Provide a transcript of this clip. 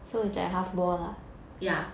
ya